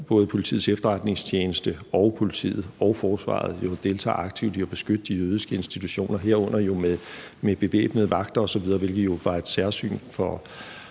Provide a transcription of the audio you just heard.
både Politiets Efterretningstjeneste og politiet og forsvaret jo deltager aktivt i at beskytte de jødiske institutioner, herunder jo med bevæbnede vagter osv., hvilket jo var et særsyn for